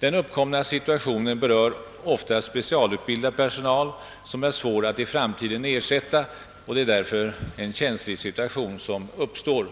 Den uppkomna situationen berör ofta specialutbildad personal som är svår att i framtiden ersätta. Det är en känslig situation som uppstår.